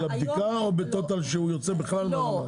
הבדיקה או בטוטאל שהוא יוצא בכלל לנמל?